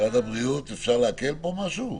משרד הבריאות, אפשר להקל פה משהו?